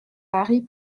harry